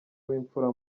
w’imfura